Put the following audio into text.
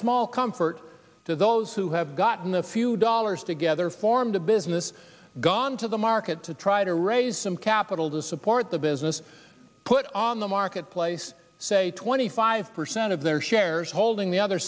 small comfort to those who have gotten a few dollars together formed a business gone to the market to try to raise some capital to support the business put on the marketplace say twenty five percent of their shares holding the other